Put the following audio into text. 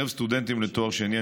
בקרב סטודנטים לתואר שני,